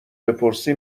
بپرسی